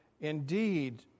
indeed